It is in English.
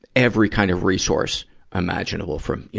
every kind of resource imaginable, from, you